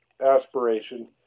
aspiration